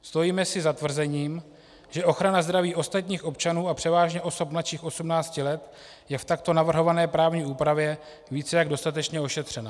Stojíme si za tvrzením, že ochrana zdraví ostatních občanů a převážně osob mladších 18 let je v takto navrhované právní úpravě více jak dostatečně ošetřena.